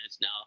now